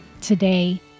today